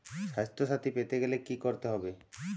স্বাস্থসাথী পেতে গেলে কি করতে হবে?